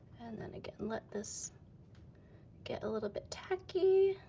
and then again, let this get a little bit tacky.